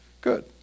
Good